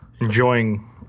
Enjoying